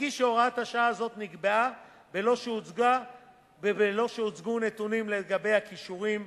אדגיש שהוראת השעה הזאת נקבעה בלא שהוצגו נתונים לגבי הכישורים,